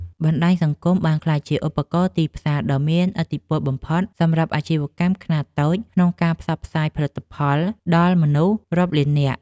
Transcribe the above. បណ្តាញសង្គមបានក្លាយជាឧបករណ៍ទីផ្សារដ៏មានឥទ្ធិពលបំផុតសម្រាប់អាជីវកម្មខ្នាតតូចក្នុងការផ្សព្វផ្សាយផលិតផលដល់មនុស្សរាប់លាននាក់។